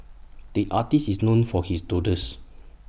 the artist is known for his doodles